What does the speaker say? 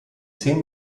zehn